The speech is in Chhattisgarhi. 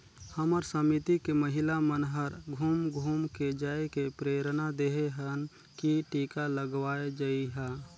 हमर समिति के महिला मन हर घुम घुम के जायके प्रेरना देहे हन की टीका लगवाये जइहा